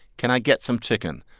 can i get some chicken?